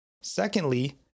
Secondly